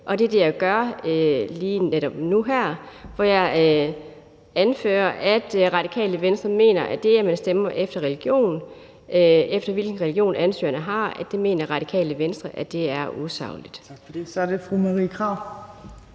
og det er det, jeg gør lige netop nu her, hvor jeg anfører, at Radikale Venstre mener, at det, at man stemmer efter, hvilken religion ansøgerne har, er usagligt. Kl. 15:18 Tredje næstformand (Trine Torp): Tak for det. Så er det fru Marie Krarup.